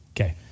Okay